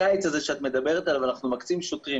לקיץ הזה שאנחנו מדברים עליו אנחנו מקצים שוטרים,